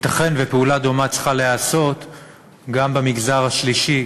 ייתכן שפעולה דומה צריכה להיעשות גם במגזר השלישי,